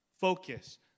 Focus